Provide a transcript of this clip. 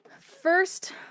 first